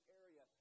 area